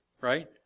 right